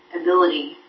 ability